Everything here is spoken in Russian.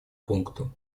пункту